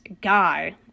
guy